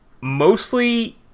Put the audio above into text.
mostly